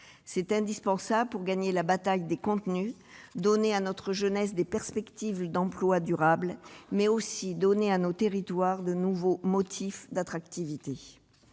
C'est indispensable pour gagner la bataille des contenus, offrir à notre jeunesse des perspectives d'emploi durable, mais aussi donner à nos territoires de nouveaux atouts en matière d'attractivité.